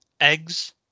eggs